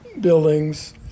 buildings